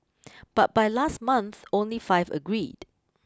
but by last month only five agreed